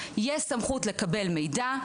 יש סמכות לקבל מידע,